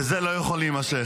וזה לא יכול להימשך.